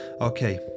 Okay